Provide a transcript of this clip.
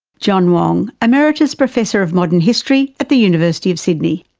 john wong, emeritus professor of modern history at the university of sydney.